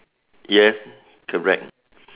yes correct